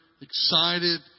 excited